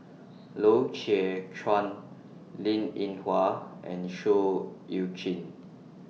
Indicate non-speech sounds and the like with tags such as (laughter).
(noise) Loy Chye Chuan Linn in Hua and Seah EU Chin (noise)